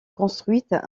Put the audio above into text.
construites